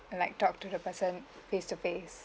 and like talk to the person face to face